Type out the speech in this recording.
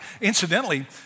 incidentally